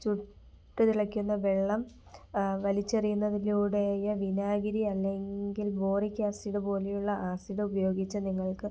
ചുട്ടുതിളയ്ക്കുന്ന വെള്ളം വലിച്ചെറിയുന്നതിലൂടെയ്യ വിനാഗിരിയല്ലെങ്കിൽ ബോറിക് ആസിഡ് പോലെയുള്ള ആസിഡുപയോഗിച്ച് നിങ്ങൾക്ക്